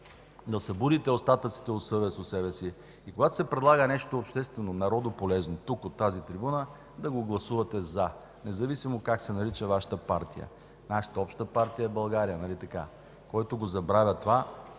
да събудите остатъците от съвест в себе си и когато се предлага нещо обществено народополезно тук, от тази трибуна, да го гласувате „за”, независимо как се нарича Вашата партия. Нашата обща партия е България, нали така? Който забравя това,